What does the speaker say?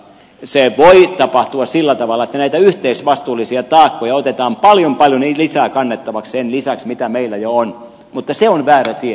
se voi tapahtua sillä tavalla että näitä yhteisvastuullisia taakkoja otetaan paljon paljon lisää kannettavaksi sen lisäksi mitä meillä jo on mutta se on väärä tie